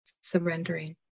surrendering